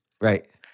Right